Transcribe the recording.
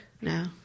No